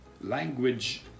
language